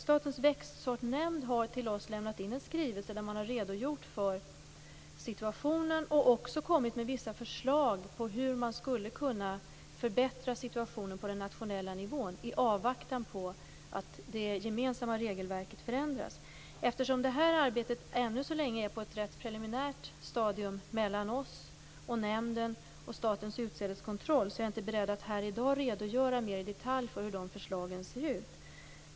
Statens växtsortnämnd har till oss lämnat in en skrivelse där man redogjort för situationen och även kommit med vissa förslag till hur man skulle kunna förbättra situationen på den nationella nivån i avvaktan på att det gemensamma regelverket förändras. Eftersom detta arbete befinner sig på ett rätt preliminärt stadium mellan oss, Statens växtsortnämnd och Statens utsädeskontroll, är jag inte beredd att här i dag redogöra mer i detalj för hur de förslagen ser ut.